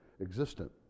existent